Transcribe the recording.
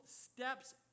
steps